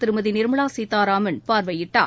திருமதிநிர்மலாசீதாராமன் பார்வையிட்டார்